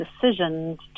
decisions